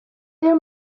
their